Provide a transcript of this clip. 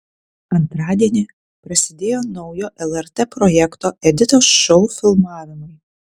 antradienį prasidėjo naujo lrt projekto editos šou filmavimai